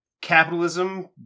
capitalism